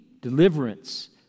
deliverance